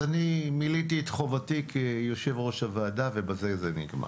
אז מילאתי את חובתי כיושב-ראש הוועדה ובזה זה נגמר.